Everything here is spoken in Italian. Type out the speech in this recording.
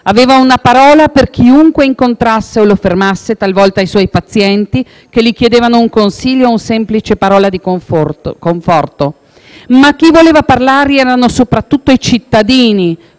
Aveva una parola per chiunque incontrasse o lo fermasse, talvolta i suoi pazienti che gli chiedevano un consiglio o una semplice parola di conforto. Ma chi voleva parlargli erano soprattutto i cittadini,